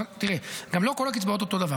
עכשיו תראה, גם לא כל הקצבאות אותו דבר.